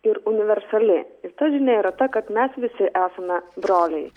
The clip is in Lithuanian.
ir universali ir ta žinia yra ta kad mes visi esame broliai